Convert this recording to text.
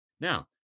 Now